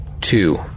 two